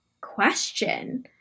question